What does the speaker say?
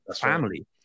family